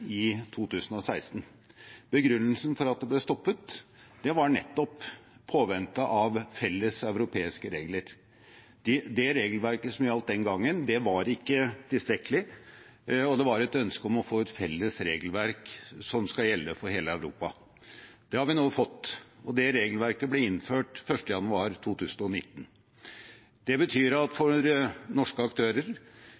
i 2016. Begrunnelsen for at det ble stoppet, var nettopp i påvente av felles europeiske regler. Det regelverket som gjaldt den gangen, var ikke tilstrekkelig, og det var et ønske om å få et felles regelverk som skulle gjelde for hele Europa. Det har vi nå fått, og det regelverket ble innført 1. januar 2019. Det betyr at